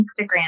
instagram